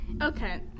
Okay